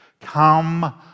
come